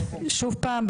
שוב פעם,